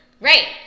Right